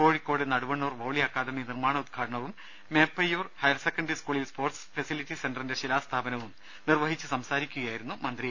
Kozhikode Naduvannur volley academy നിർമാണോദ്ഘാനവും Meppayur higher secondary സ്കൂളിൽ sports facility സെന്ററിന്റെ ശിലാസ്ഥാപനവും നിർവഹിച്ച് സംസാരിക്കുകയായിരുന്നു മന്ത്രി